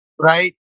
Right